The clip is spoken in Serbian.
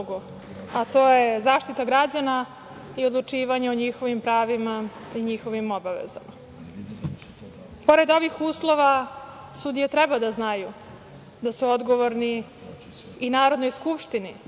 a to je zaštita građana i odlučivanje o njihovim pravima i njihovim obavezama. Pored ovih uslova sudije treba da znaju da su odgovorni i Narodnoj skupštini